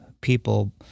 people